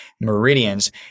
meridians